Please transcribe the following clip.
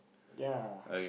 ya